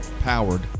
Powered